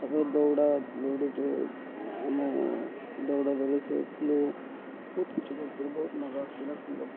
ତା'ପରେ ଦୌଡ଼ା ଦୌଡ଼ି ଯେଉଁ ଆମ ଦୌଡ଼ା ଦୌଡ଼ି ଖେଳୁଥିଲୁ ବହୁତ କିଛି ଖେଳୁଥିଲ ବହୁତ ମଜା ଆସୁଥିଲା ଖେଳିବାକୁ